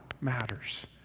matters